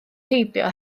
heibio